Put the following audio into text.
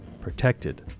protected